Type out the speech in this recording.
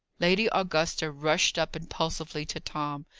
lady augusta rushed up impulsively to tom.